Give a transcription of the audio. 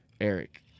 Eric